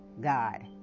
God